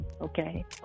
Okay